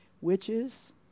witches